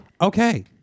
Okay